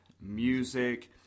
music